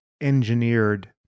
engineered